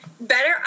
better